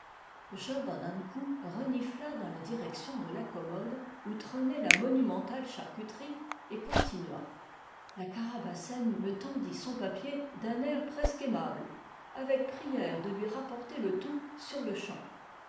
an ankou renifla dans la direction de la commode ou trônait la monumentale charcuterie et continua la carabassen me tendit son papier d'un air presque aimable avec prière de lui rapporter le tout sur-le-champ